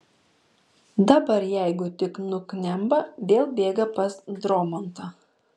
dabar jeigu tik nuknemba vėl bėga pas dromantą